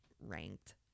ranked